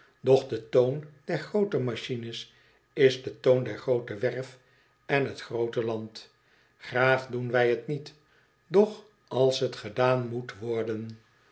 de toon der groote machines is de toon der groote werf en t groote land graag doen wij t niet doch als t gedaan moet worden